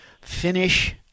finish